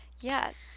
Yes